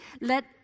let